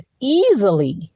easily